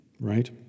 right